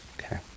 Okay